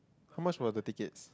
how much were the tickets